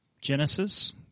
Genesis